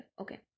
Okay